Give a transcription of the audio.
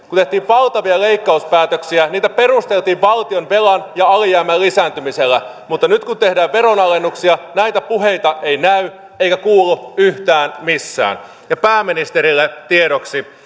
kun tehtiin valtavia leikkauspäätöksiä niitä perusteltiin valtionvelan ja alijäämän lisääntymisellä mutta nyt kun tehdään veronalennuksia näitä puheita ei näy eikä kuulu yhtään missään pääministerille tiedoksi